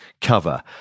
cover